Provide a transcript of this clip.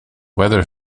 weather